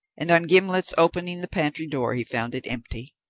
and on gimblet's opening the pantry door he found it empty.